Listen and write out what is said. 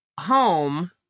home